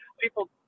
People